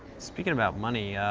speaking about money,